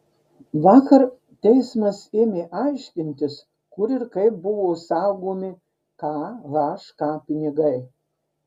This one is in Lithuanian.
vakar teismas ėmė aiškintis kur ir kaip buvo saugomi khk pinigai